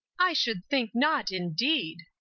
i should think not indeed!